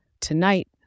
Tonight